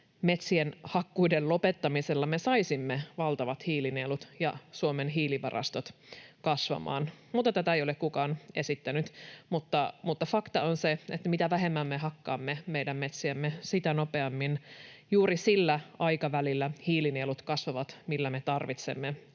metsien hakkuiden lopettamisella me saisimme valtavat hiilinielut ja Suomen hiilivarastot kasvamaan, mutta tätä ei ole kukaan esittänyt. Mutta fakta on se, että mitä vähemmän me hakkaamme meidän metsiämme, sitä nopeammin hiilinielut kasvavat juuri sillä aikavälillä, millä me tarvitsemme